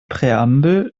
präambel